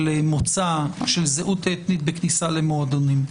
של מוצא, של זהות אתנית בכניסה למועדונים.